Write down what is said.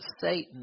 satan